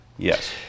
Yes